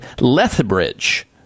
Lethbridge